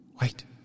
Wait